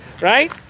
right